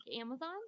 amazon